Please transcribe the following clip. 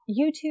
YouTube